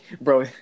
bro